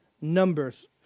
Numbers